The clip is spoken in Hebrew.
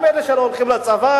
גם אלה שלא הולכים לצבא,